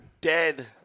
dead